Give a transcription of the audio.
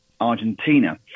Argentina